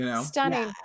Stunning